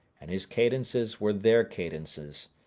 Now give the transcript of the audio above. and his cadences were their cadences,